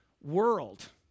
world